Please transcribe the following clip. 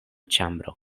ĉambro